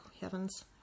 heavens